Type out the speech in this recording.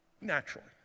naturally